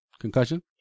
Concussion